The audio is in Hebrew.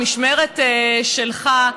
במשמרת שלך,